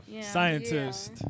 Scientist